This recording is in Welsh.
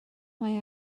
mae